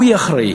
הוא יהיה אחראי,